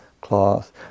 cloth